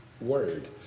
word